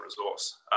resource